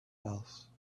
else